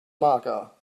mager